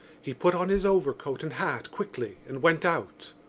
he put on his overcoat and hat quickly and went out.